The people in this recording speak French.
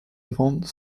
vendent